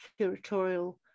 curatorial